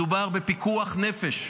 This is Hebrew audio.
מדובר בפיקוח נפש.